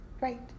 Right